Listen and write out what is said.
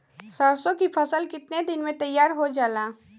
सरसों की फसल कितने दिन में तैयार हो जाला?